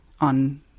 on